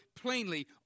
plainly